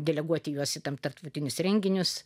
deleguoti juos tam tarptautinius renginius